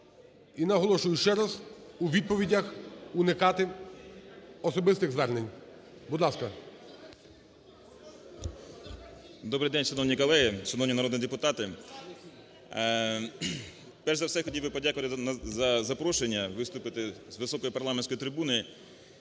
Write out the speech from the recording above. І наголошую ще раз, у відповідях уникати особистих звернень. Будь ласка. 13:21:42 СИТНИК А.С. Добрий день, шановні колеги, шановні народні депутати! Перш за все я хотів би подякувати за запрошення виступити з високої парламентської трибуни